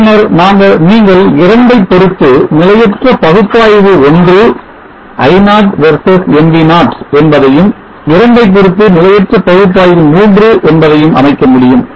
பின்னர் நீங்கள் இரண்டைப் பொருத்து நிலையற்ற பகுப்பாய்வு ஒன்று I0 versus nv0 என்பதையும் இரண்டைப் பொருத்து நிலையற்ற பகுப்பாய்வு மூன்று என்பதையும் அமைக்க முடியும்